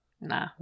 Nah